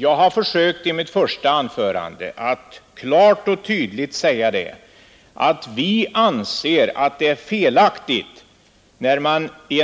Jag har i mitt första anförande försökt att klart och tydligt säga att vi anser att det är felaktigt att i